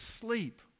sleep